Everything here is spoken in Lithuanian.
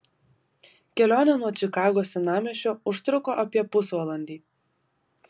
kelionė nuo čikagos senamiesčio užtruko apie pusvalandį